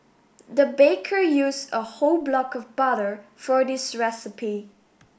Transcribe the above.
the baker used a whole block of butter for this recipe